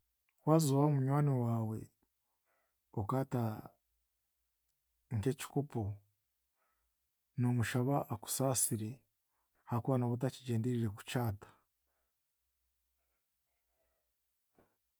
Waaza owaamunywani waawe, okaata nk'ekikopo, noomushaba akusaasire ahaakuba nooba otakigyendereire kukyata.